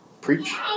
Preach